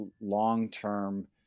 long-term